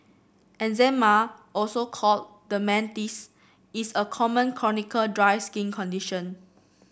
eczema also called dermatitis is a common chronic dry skin condition